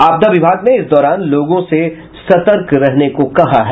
आपदा विभाग ने इस दौरान लोगों से सतर्क रहने को कहा है